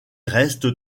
reste